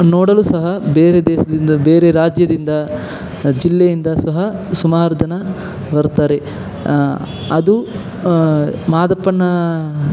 ನೋಡಲು ಸಹ ಬೇರೆ ದೇಶದಿಂದ ಬೇರೆ ರಾಜ್ಯದಿಂದ ಜಿಲ್ಲೆಯಿಂದ ಸಹ ಸುಮಾರು ಜನ ಬರುತ್ತಾರೆ ಅದು ಮಾದಪ್ಪನ